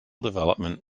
development